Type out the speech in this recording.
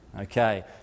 Okay